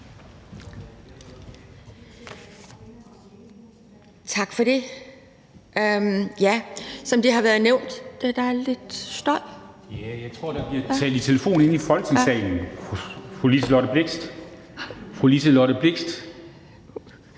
Tak for det.